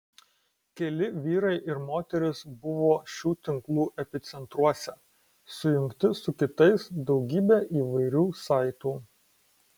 keli vyrai ir moterys buvo šių tinklų epicentruose sujungti su kitais daugybe įvairių saitų